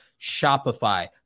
Shopify